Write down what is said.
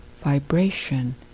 vibration